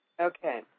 Okay